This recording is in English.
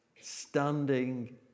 standing